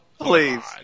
Please